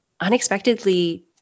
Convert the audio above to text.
unexpectedly